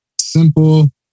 Simple